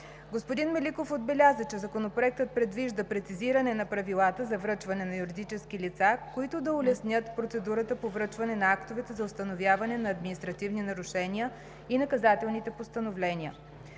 Господин Меликов отбеляза, че Законопроектът предвижда прецизиране на правилата за връчване на юридически лица, които да улеснят процедурата по връчване на актовете за установяване на административни нарушения и наказателните постановления.